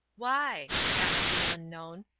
why? asked the unknown.